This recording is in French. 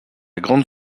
grande